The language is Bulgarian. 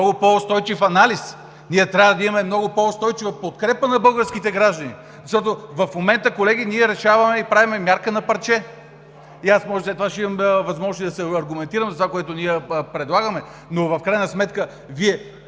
много по-устойчив анализ, ние трябва да имаме много по-устойчива подкрепа за българските граждани, защото в момента, колеги, решаваме и правим мярка на парче! И аз може би след това ще имам възможност и да се аргументирам за това, което ние предлагаме, но в крайна сметка Вие